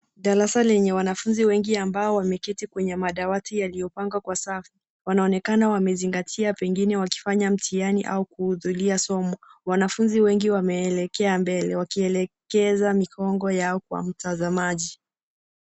Darasa lenye wanafunzi wengi ambao wameketi kwenye madawati yaliyopangwa kwa safu. Wanaonekana wamezingatia pengine wakifanya mtihani au kuhudhuria somo. Wanafunzi wengi wameelekea mbele, wakielekeza migongo yao kwa mtazamaji.